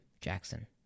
Jackson